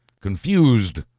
confused